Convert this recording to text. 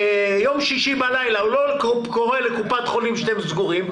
יום שישי בלילה הוא לא קורא לקופת חולים שאתם סגורים,